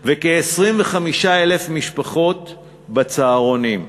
וכ-25,000 משפחות בצהרונים,